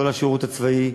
לא לשירות הצבאי,